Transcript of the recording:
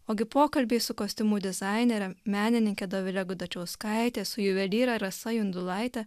ogi pokalbiai su kostiumų dizainere menininke dovile gudačiauskaite su juvelyre rasa jundulaite